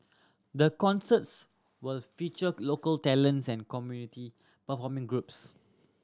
the concerts will feature local talents and community performing groups